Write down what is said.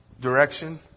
direction